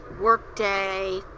workday